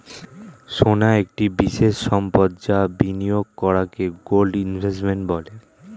সোনা একটি বিশেষ সম্পদ যা বিনিয়োগ করাকে গোল্ড ইনভেস্টমেন্ট বলে